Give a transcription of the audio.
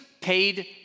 paid